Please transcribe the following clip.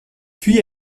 puis